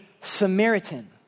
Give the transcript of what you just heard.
Samaritan